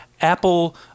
Apple